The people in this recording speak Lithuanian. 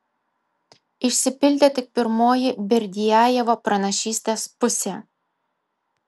išsipildė tik pirmoji berdiajevo pranašystės pusė